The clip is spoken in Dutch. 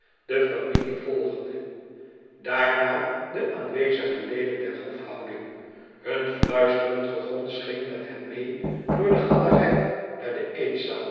de familie volgde daarna de aanwezige leden der hofhouding hun fluisterend gegons ging met hen meê door de galerij naar de